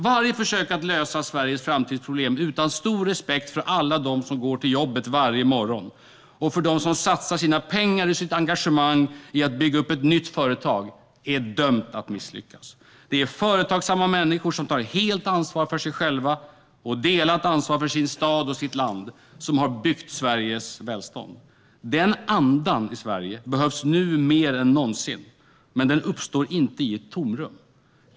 Varje försök att lösa Sveriges framtidsproblem utan stor respekt för alla dem som går till jobbet varje morgon, och för dem som satsar sina pengar och sitt engagemang i att bygga upp ett nytt företag, är dömt att misslyckas. Det är företagsamma människor, som tar helt ansvar för sig själva och delat ansvar för sin stad och sitt land, som har byggt Sveriges välstånd. Den andan i Sverige behövs nu mer än någonsin. Men den uppstår inte i ett tomrum.